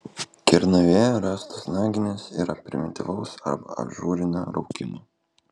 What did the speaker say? kernavėje rastos naginės yra primityvaus arba ažūrinio raukimo